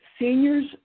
seniors